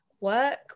work